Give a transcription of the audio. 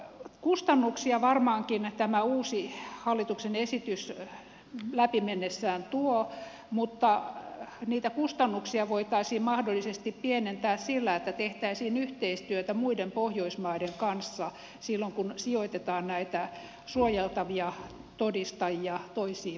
kustannuksia varmaankin tämä uusi hallituksen esitys läpi mennessään tuo mutta niitä kustannuksia voitaisiin mahdollisesti pienentää sillä että tehtäisiin yhteistyötä muiden pohjoismaiden kanssa silloin kun sijoitetaan näitä suojeltavia todistajia toisiin maihin